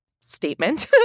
statement